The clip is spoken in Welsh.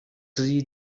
dri